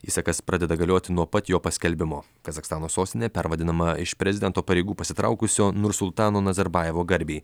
įsakas pradeda galioti nuo pat jo paskelbimo kazachstano sostinė pervadinama iš prezidento pareigų pasitraukusio nursultano nazarbajevo garbei